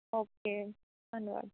okay ਧੰਨਵਾਦ